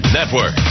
Network